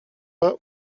pas